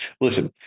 listen